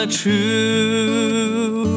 true